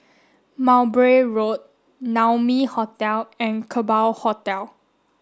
Mowbray Road Naumi Hotel and Kerbau Hotel